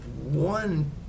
one